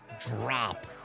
drop